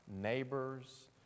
neighbors